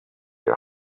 are